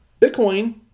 Bitcoin